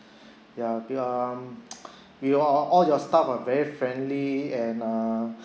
ya p~ um we uh all your staff are very friendly and uh